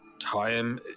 time